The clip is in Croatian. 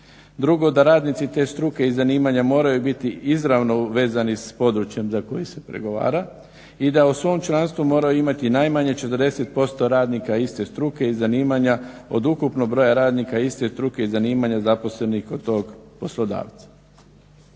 Drugo, da radnici te struke i zanimanja moraju biti izravno vezani s područjem za koji se pregovara i da u svom članstvu moraju imati najmanje 40% radnika iste struke i zanimanja od ukupnog broja radnika iste struke i zanimanja zaposlenih kod tog poslodavca.